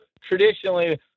traditionally